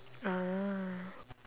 ah